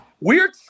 Weird